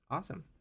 Awesome